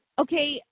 Okay